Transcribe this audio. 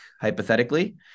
hypothetically